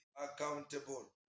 accountable